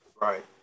right